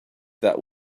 that